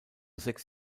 sechs